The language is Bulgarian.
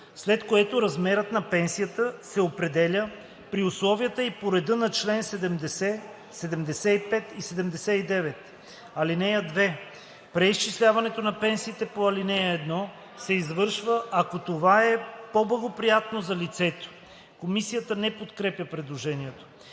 след което размерът на пенсията се определя при условията и по реда на чл. 70, 75 и 79. (2) Преизчисляването на пенсиите по ал. 1 се извършва, ако това е по-благоприятно за лицето.“ Комисията не подкрепя предложението.